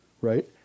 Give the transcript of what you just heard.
right